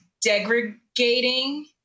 degrading